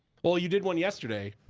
oh, you did one yesterday.